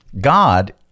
God